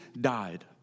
died